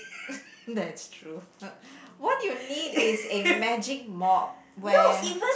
that's true what you need is a magic mop where